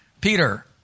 Peter